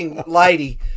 lady